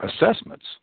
assessments